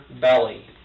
belly